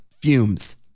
fumes